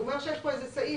הוא אומר שיש פה איזה סעיף,